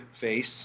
face